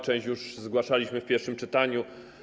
Część już zgłaszaliśmy w pierwszym czytaniu.